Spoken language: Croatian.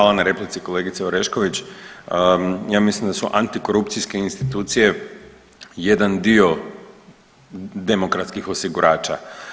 Hvala na replici kolegice Orešković, ja mislim da su antikorupcijske institucije jedan dio demokratskih osigurača.